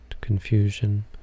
confusion